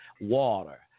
water